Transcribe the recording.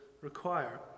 require